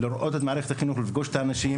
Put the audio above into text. לראות את מערכת החינוך ולפגוש את האנשים